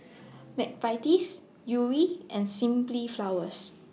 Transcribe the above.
Mcvitie's Yuri and Simply Flowers